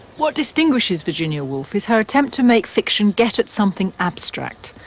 what distinguishes virginia woolf is her attempt to make fiction get at something abstract.